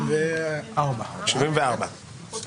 - ואחד